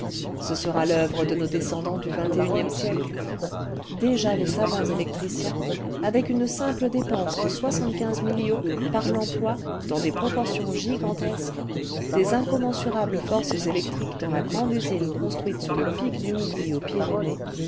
ce sera l'oeuvre de nos descendants du sxie siècle déjà les savants électriciens avec une simple dépense de soixante-quinze millions par l'emploi dans des proportions gigantesques des incommensurables forces électriques dans la grande usine construite sur le pic du midi aux pyrénées